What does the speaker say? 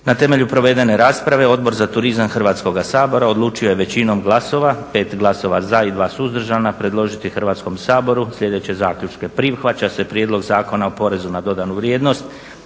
Na temelju provedene rasprave Odbor za turizam Hrvatskoga sabora odlučio je većinom glasova, 5 glasova za i 2 suzdržana predložiti Hrvatskom saboru sljedeće zaključke, prihvaća se Prijedlog zakona o porezu na dodanu vrijednost